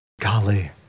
Golly